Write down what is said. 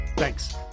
Thanks